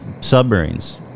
submarines